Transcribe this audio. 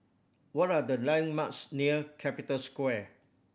what are the landmarks near Capital Square